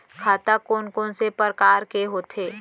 खाता कोन कोन से परकार के होथे?